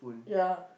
ya